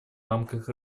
рамках